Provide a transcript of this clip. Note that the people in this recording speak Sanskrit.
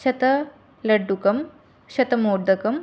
शतलड्डुकं शतमोदकम्